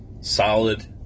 Solid